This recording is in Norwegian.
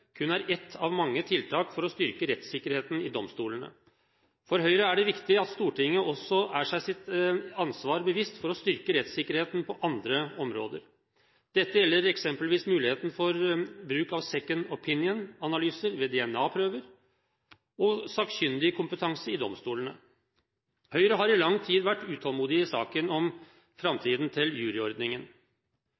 kun er ett av mange tiltak for å styrke rettssikkerheten i domstolene. For Høyre er det viktig at Stortinget også er seg sitt ansvar bevisst for å styrke rettssikkerheten på andre områder. Dette gjelder eksempelvis muligheten for bruk av second opinion-analyser ved DNA-prøver og sakkyndigkompetanse i domstolene. Høyre har i lang tid vært utålmodig i saken om